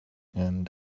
and